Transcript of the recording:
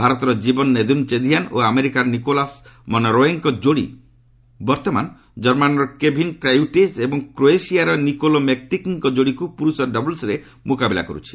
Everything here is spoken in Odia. ଭାରତର କୀବନ ନେଦୁନ୍ଚେକିଆନ୍ ଓ ଆମେରିକାର ନିକୋଲାସ୍ ମନରୋଏଙ୍କ ଯୋଡ଼ି ବର୍ତ୍ତମାନ ଜର୍ମାନ୍ର କେଭିନ୍ କ୍ରାୟୁଟେକ୍ ଏବଂ କ୍ରୋଏସିଆର ନିକୋଲା ମେକ୍ଟିକ୍ଙ୍କ ଯୋଡ଼ିକୁ ପୁର୍ଷ ଡବଲ୍ୱରେ ମୁକାବିଲା କରୁଛି